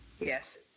Yes